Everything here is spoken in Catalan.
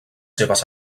seves